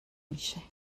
میشه